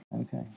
Okay